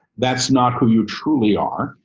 that's not who you truly are.